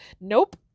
Nope